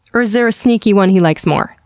or is there a sneaky one he likes more?